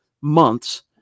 months